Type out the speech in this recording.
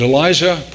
Elijah